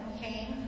okay